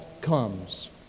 comes